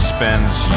spends